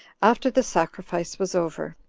after the sacrifice was over,